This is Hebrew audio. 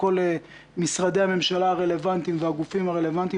הגופים הרלוונטיים.